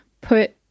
put